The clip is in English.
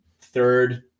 third